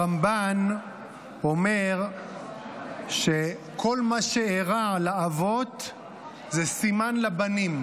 הרמב"ן אומר שכל מה שאירע לאבות זה סימן לבנים,